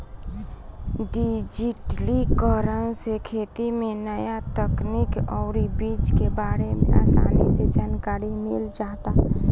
डिजिटलीकरण से खेती में न्या तकनीक अउरी बीज के बारे में आसानी से जानकारी मिल जाता